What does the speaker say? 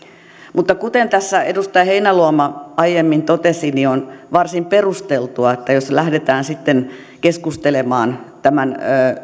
mutta kuten tässä edustaja heinäluoma aiemmin totesi on varsin perusteltua ja täysin järkeenkäypää että jos lähdetään sitten keskustelemaan tämän